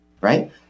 right